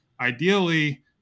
ideally